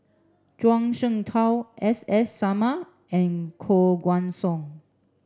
Zhuang Shengtao S S Sarma and Koh Guan Song